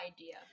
idea